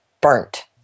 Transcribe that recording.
burnt